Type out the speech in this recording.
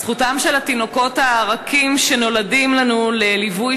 זכותם של התינוקות הרכים שנולדים לנו לליווי